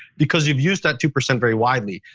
because you've used that two percent very wisely.